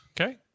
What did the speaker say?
Okay